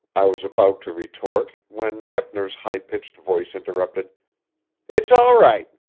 i was about to retort, when eppner's high-pitched voice interrupted it's all right.